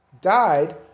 died